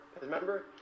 Remember